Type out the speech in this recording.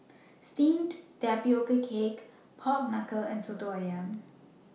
Steamed Tapioca Cake Pork Knuckle and Soto Ayam